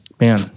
Man